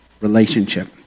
relationship